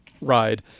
ride